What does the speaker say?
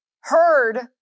heard